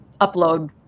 upload